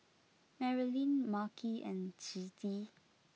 Marilynn Makhi and Ciji